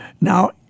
Now